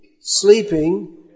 sleeping